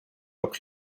appris